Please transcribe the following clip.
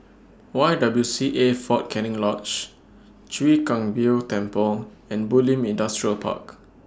Y W C A Fort Canning Lodge Chwee Kang Beo Temple and Bulim Industrial Park